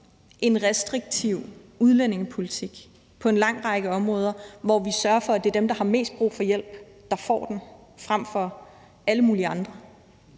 en restriktiv udlændingepolitik på en lang række områder, og vi sørger for, at det er dem, der har mest brug for hjælp, der får den, frem for alle mulige andre.